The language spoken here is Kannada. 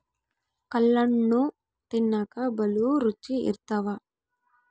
ಕಲ್ಲಣ್ಣು ತಿನ್ನಕ ಬಲೂ ರುಚಿ ಇರ್ತವ